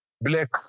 black